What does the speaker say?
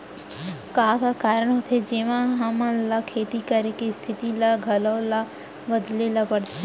का का कारण होथे जेमन मा हमन ला खेती करे के स्तिथि ला घलो ला बदले ला पड़थे?